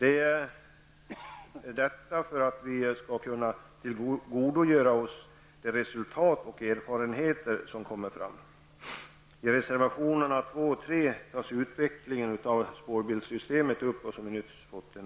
Vi bör göra detta för att kunna tillgodogöra oss de resultat och de erfarenheter som kommer fram. I reservationerna nr 2 och 3 tas utvecklingen av spårbilssystemet upp. Utskottet